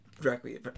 directly